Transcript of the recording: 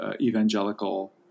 evangelical